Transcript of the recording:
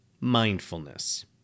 Mindfulness